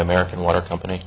american water company